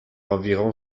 environ